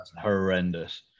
horrendous